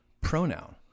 pronoun